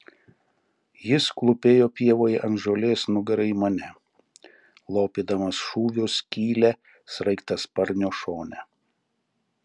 jis klūpėjo pievoje ant žolės nugara į mane lopydamas šūvio skylę sraigtasparnio šone